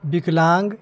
विकलाङ्ग